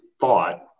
thought